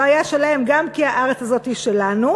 לא היה שלהם גם כי הארץ הזאת היא שלנו,